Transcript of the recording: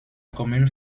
commune